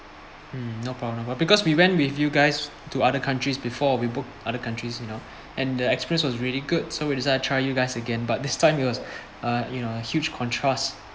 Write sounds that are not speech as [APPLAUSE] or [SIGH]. mm no problem but because we went with you guys to other countries before we booked other countries you know and the experience was really good so we decided try you guys again but this [LAUGHS] time it was uh you know a huge contrast